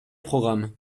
programme